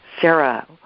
Sarah